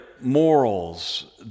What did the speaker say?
morals